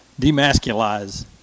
demasculize